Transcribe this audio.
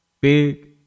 Big